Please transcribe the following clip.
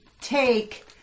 take